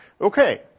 Okay